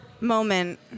Moment